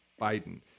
Biden